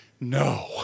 No